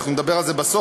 אנחנו נדבר על זה בסוף.